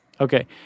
Okay